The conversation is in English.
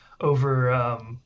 over